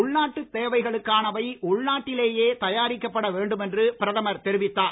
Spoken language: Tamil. உள்நாட்டு தேவைகளுக்கானவை உள்நாட்டிலேயே தயாரிக்கப்பட வேண்டும் என்று பிரதமர் தெரிவித்தார்